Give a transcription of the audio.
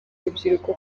rubyiruko